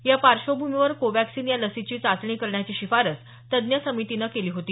या पार्श्वभूमीवर कोव्हॅक्सिन या लसीची चाचणी करण्याची शिफारस तज्ञ समितीने केली होती